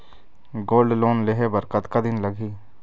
Gold loan लेहे बर कतका दिन लगही?